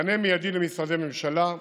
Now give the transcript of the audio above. מענה מיידי למשרדי ממשלה,